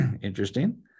interesting